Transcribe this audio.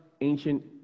ancient